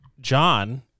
john